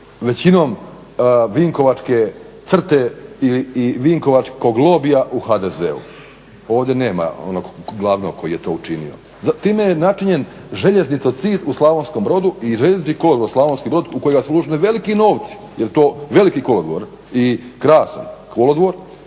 većinom vinkovačke crte i vinkovačkog lobija u HDZ-u, ovdje nema onog glavnog koji je to učinio. Time je načinjen željeznicocid u Slavonskom Brodu i Željeznički kolodvor Slavonski Brod u kojega su ušli veliki novci jel to veliki kolodvor i krasan izgrađen